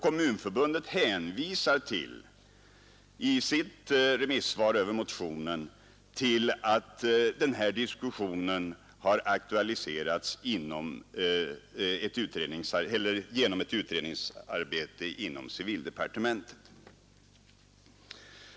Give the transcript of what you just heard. Kommunförbundet hänvisar i sitt remissvar över motionen till att denna diskussion aktualiserats genom ett utredningsarbete inom civildepartementet.